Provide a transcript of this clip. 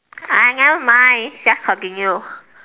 ah nevermind just continue